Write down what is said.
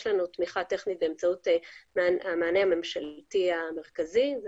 יש לנו תמיכה טכנית באמצעות המענה הממשלתי המרכזי,